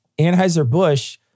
Anheuser-Busch